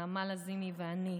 נעמה לזימי ואני,